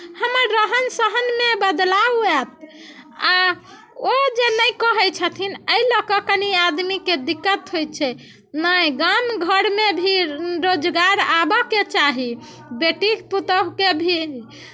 हमर रहन सहनमे बदलाव आयत आ ओ जे नहि कहै छथिन एहि लऽ कऽ कनी आदमीके दिक्कत होइत छै नहि गाम घरमे भी रोजगार आबयके चाही बेटी पुतहुके भी